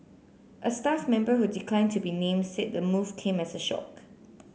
a staff member who declined to be named said the move came as a shock